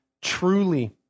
truly